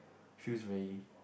feels very